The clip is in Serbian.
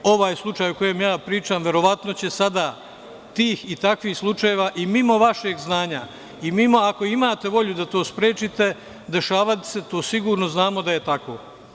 Ovaj slučaj o kojem ja pričam, verovatno će sada tih i takvih slučajeva i mimo vašeg znanja, i ako imate volju da to sprečite, dešavaće se, to je sigurno i znamo da je tako.